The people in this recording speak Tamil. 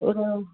ஒரு